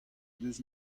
deus